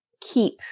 keep